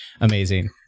amazing